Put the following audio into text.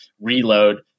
reload